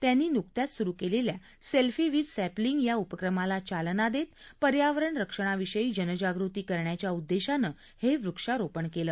त्यांनी नुकत्याच सुरु केलेल्या सेल्फी विथ सॅपलींग या उपक्रमाला चालना देत पर्यावरण रक्षणाविषयी जनजागृती करण्याच्या उद्देशानं हे वृक्षारोपण केलं